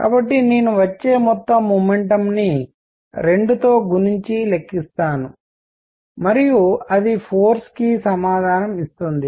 కాబట్టి నేను వచ్చే మొత్తం మొమెంటం ని 2 గుణించి లెక్కిస్తాను మరియు అది ఫోర్స్ కి సమాధానం ఇస్తుంది